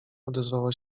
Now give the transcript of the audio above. odezwała